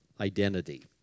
identity